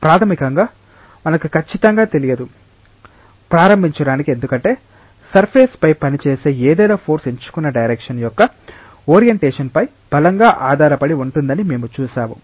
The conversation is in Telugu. ప్రాథమికంగా మనకు ఖచ్చితంగా తెలియదు ప్రారంభించడానికి ఎందుకంటే సర్ఫేస్ పై పనిచేసే ఏదైనా ఫోర్స్ ఎంచుకున్న డైరెక్షన్ యొక్క ఓరియంటేషన్ పై బలంగా ఆధారపడి ఉంటుందని మేము చూశాము